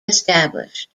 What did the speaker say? established